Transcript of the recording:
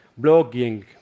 blogging